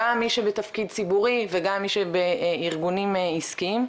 גם מי שבתפקיד ציבורי וגם מי שבארגונים עסקיים,